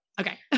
Okay